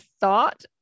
thought